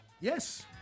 Yes